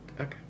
Okay